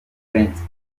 prince